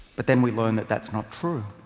but then we learn that that's not true.